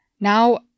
now